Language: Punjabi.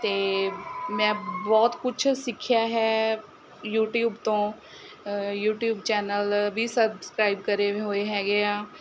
ਅਤੇ ਮੈਂ ਬਹੁਤ ਕੁਛ ਸਿੱਖਿਆ ਹੈ ਯੂਟਿਊਬ ਤੋਂ ਯੂਟਿਊਬ ਚੈਨਲ ਵੀ ਸਬਸਕ੍ਰਾਈਬ ਕਰੇ ਵੇ ਹੋਏ ਹੈਗੇ ਆ